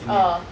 orh